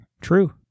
True